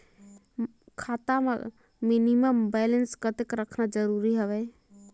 खाता मां minimum balance कतेक रखना जरूरी हवय?